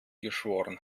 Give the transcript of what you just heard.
geschworen